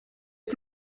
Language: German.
wir